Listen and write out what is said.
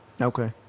Okay